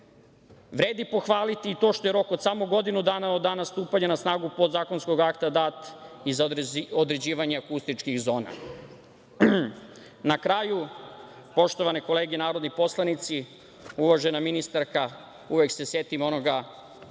buke. Vredi pohvaliti i to što je rok od samo godinu dana od dana stupanja na snagu podzakonskog akta dat i za određivanje akustičkih zona. Na kraju, poštovane kolege narodni poslanici, uvažena ministarka, uvek se setim onoga